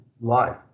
life